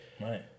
Right